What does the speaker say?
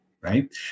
right